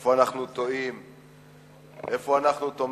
איפה אנחנו טועים, איפה אנחנו טומנים את ראשינו.